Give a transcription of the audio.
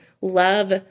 love